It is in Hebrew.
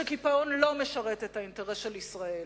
שקיפאון לא משרת את האינטרס של ישראל,